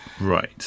right